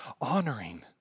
honoring